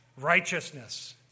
righteousness